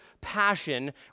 passion